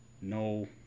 no